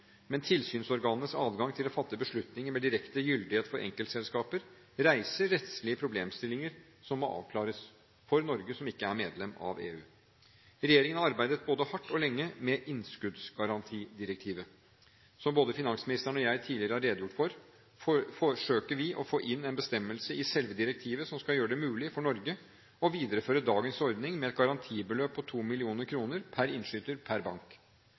Men tilsynsorganenes adgang til å fatte beslutninger med direkte gyldighet for enkeltselskaper reiser rettslige problemstillinger som må avklares for Norge, som ikke er medlem av EU. Regjeringen har arbeidet både hardt og lenge med innskuddsgarantidirektivet. Som både finansministeren og jeg tidligere har redegjort for, forsøker vi å få inn en bestemmelse i selve direktivet som skal gjøre det mulig for Norge å videreføre dagens ordning med et garantibeløp på 2 mill. kr per innskyter per bank.